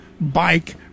bike